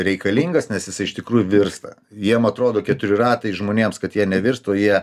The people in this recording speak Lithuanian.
reikalingas nes jisai iš tikrųjų virsta jiem atrodo keturi ratai žmonėms kad jie nevirsta o jie